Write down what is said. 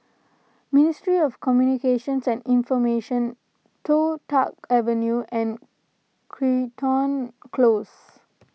Ministry of Communications and Information Toh Tuck Avenue and Crichton Close